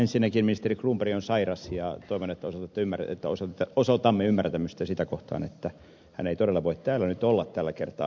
ensinnäkin ministeri cronberg on sairas ja toivon että osoitamme ymmärtämystä sitä kohtaan että hän ei todella voi täällä nyt olla tällä kertaa